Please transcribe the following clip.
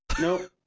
Nope